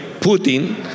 Putin